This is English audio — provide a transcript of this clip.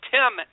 Tim